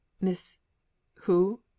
Miss—who